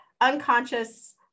unconscious